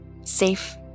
safe